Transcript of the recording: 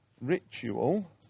ritual